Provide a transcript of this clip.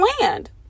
land